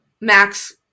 Max